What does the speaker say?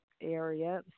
area